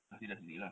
subsidise already lah